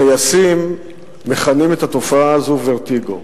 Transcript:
טייסים מכנים את התופעה הזו "ורטיגו".